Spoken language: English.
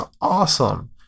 awesome